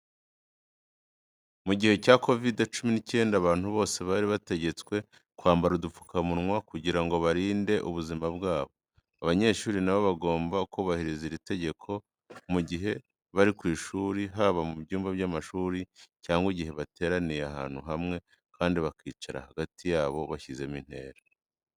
Mu gihe cya COVID-19, abantu bose bari bategetswe kwambara udupfukamunwa kugira ngo barinde ubuzima bwabo. Abanyeshuri na bo bagombaga kubahiriza iri tegeko mu gihe bari ku ishuri, haba mu byumba by'amashuri cyangwa igihe bateraniye ahantu hamwe, kandi bakicara hagati yabo bashyizemo intera.